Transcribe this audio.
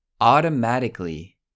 automatically